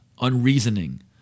unreasoning